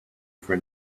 for